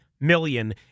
million